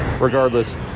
regardless